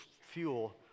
fuel